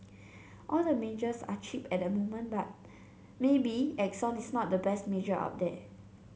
all the majors are cheap at the moment but maybe Exxon is not the best major out there